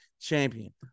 champion